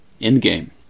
Endgame